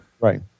right